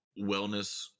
wellness